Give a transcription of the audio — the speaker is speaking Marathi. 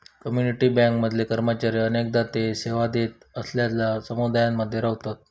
कम्युनिटी बँक मधले कर्मचारी अनेकदा ते सेवा देत असलेलल्यो समुदायांमध्ये रव्हतत